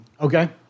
Okay